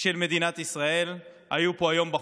של מדינת ישראל היו פה היום בחוץ.